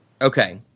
Okay